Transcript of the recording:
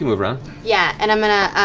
laura yeah, and i'm going to